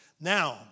Now